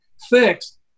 fixed